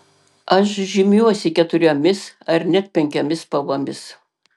aš žymiuosi keturiomis ar net penkiomis spalvomis